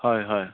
হয় হয়